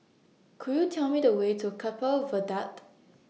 Could YOU Tell Me The Way to Keppel Viaduct